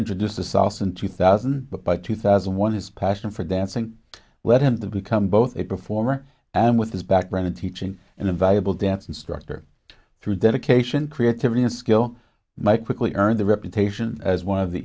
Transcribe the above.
introduced to salsa in two thousand but by two thousand and one his passion for dancing led him to become both a performer and with his background in teaching and a valuable dance instructor through dedication creativity and skill mike quickly earned a reputation as one of the